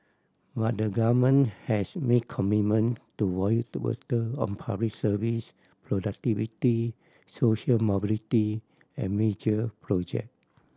but the government has made commitment to voter on public services productivity social mobility and major project